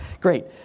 Great